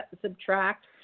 subtract